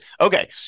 Okay